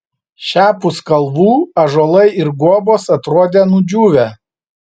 šiapus kalvų ąžuolai ir guobos atrodė nudžiūvę